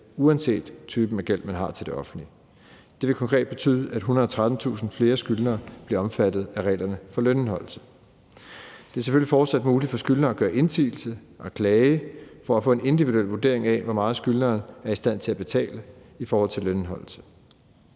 uanset typen af gæld, man har til det offentlige. Det vil konkret betyde, at 113.000 flere skyldnere bliver omfattet af reglerne for lønindeholdelse. Det er selvfølgelig fortsat muligt for skyldnere at gøre indsigelse og klage for at få en individuel vurdering af, hvor meget skyldneren er i stand til at betale i forbindelse med lønindeholdelse.